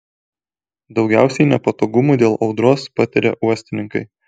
daugiausiai nepatogumų dėl audros patiria uostininkai